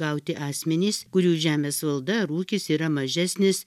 gauti asmenys kurių žemės valda ar ūkis yra mažesnis